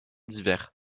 divers